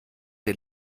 der